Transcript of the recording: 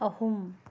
ꯑꯍꯨꯝ